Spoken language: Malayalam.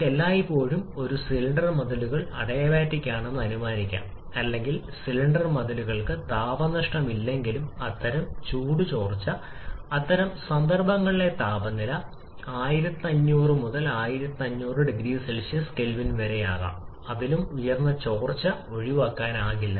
നമുക്ക് എല്ലായ്പ്പോഴും ഒരു സിലിണ്ടർ മതിലുകൾ അഡിയബാറ്റിക് ആണെന്ന് അനുമാനിക്കാം അല്ലെങ്കിൽ സിലിണ്ടർ മതിലുകൾക്ക് താപനഷ്ടം ഇല്ലെങ്കിലും അത്തരം ചൂട് ചോർച്ച അത്തരം സന്ദർഭങ്ങളിലെ താപനില 1500 മുതൽ 1500 വരെയാകാം 2000 കെ അല്ലെങ്കിൽ അതിലും ഉയർന്ന ചോർച്ച ഒഴിവാക്കാനാവില്ല